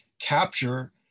capture